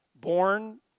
Born